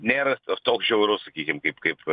nėra toks žiaurus sakykim kaip kaip